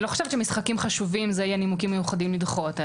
עאידה,